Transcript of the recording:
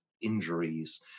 injuries